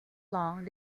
long